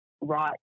right